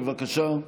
בבקשה,